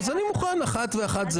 אני מוכן לאחת.